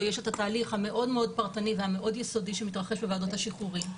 יש תהליך פרטני מאוד ויסודי מאוד שמתרחש בוועדות שחרורים,